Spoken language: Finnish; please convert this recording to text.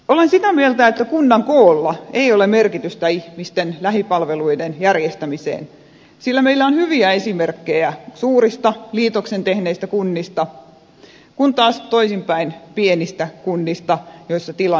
olen sitä mieltä että kunnan koolla ei ole merkitystä ihmisten lähipalveluiden järjestämiseen sillä meillä on hyviä esimerkkejä suurista liitoksen tehneistä kunnista kun taas toisinpäin pienistä kunnista joissa tilanne on heikko